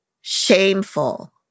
shameful